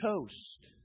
toast